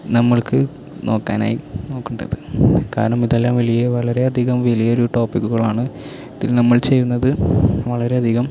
നമ്മൾക്ക് നോക്കാനായി നോക്കേണ്ടത് കാരണം ഇതെല്ലാം വലിയ വളരെയധികം വലിയൊരു ടോപ്പിക്കുകൾ ആണ് ഇതിൽ നമ്മൾ ചെയ്യുന്നത് വളരെയധികം